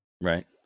Right